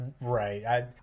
Right